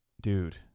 dude